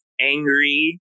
angry